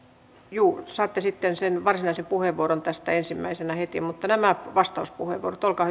juu saatte sitten sen varsinaisen puheenvuoron tästä ensimmäisenä heti mutta nyt nämä vastauspuheenvuorot olkaa